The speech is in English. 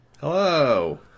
hello